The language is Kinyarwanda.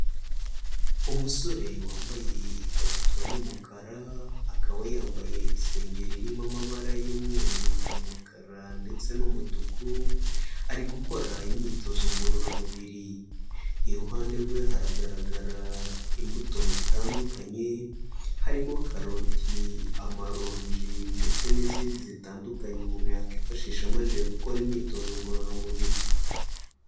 Umusore wambaye ikabutura y'umukara, akaba yambaye isengeri irimo amabara y'umweru, umukara ndetse n'umutuku, ari gukora imyitozo ngororamubiri. Iruhande rwe haragaragara imbuto zitandukanye, harimo karoti, amaronji ndetse n'izindi zitandukanye umuntu yakwifashisha amajije gukora imyitozo ngororamubiri.